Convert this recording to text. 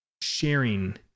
sharing